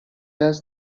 has